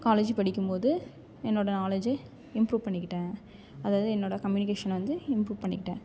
college படிக்கும் போது என்னோடய நாலேஜூ இம்ப்ரூவ் பண்ணிக்கிட்டேன் அதாவது என்னோடய கம்யூனிக்கேஸனை வந்து இம்ப்ரூவ் பண்ணிக்கிட்டேன்